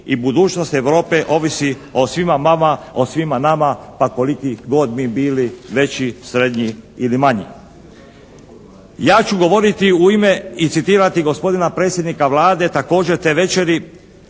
i budućnost Europe ovisi o svima vama, o svima nama pa koliki god mi bili veći, srednji ili manji. Ja ću govoriti u ime i citirati gospodina predsjednika Vlade također te večeri.